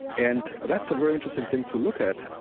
and that's a very interesting thing to look at.